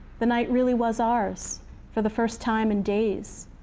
the night really was ours for the first time in days,